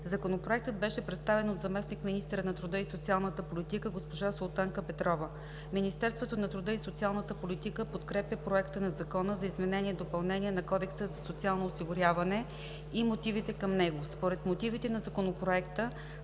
Законопроектът беше представен от заместник-министърa на труда и социалната политика госпожа Султанка Петрова. Министерството на труда и социалната политика подкрепя Проекта на закона за изменение и допълнение на Кодекса за социално осигуряване и мотивите към него. Според мотивите на Законопроекта